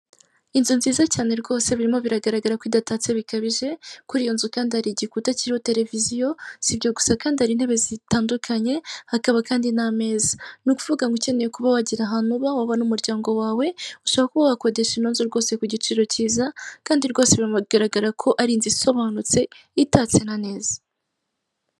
Inzu nziza cyane rwose birimo biragaragara ko idatatse bikabije, kuri iyo nzu kandi hari igikuta kirimo televiziyo, sibyo gusa kandi ari intebe zitandukanye hakaba kandi n'ameza. Ni ukuvuga ngo ukeneye kuba wagera ahantu ba wabona umuryango wawe ushaka kuba wakodesha inoza rwose ku giciro cyiza, kandi rwose bigaragara ko ari inzu isobanutse itatse na neza.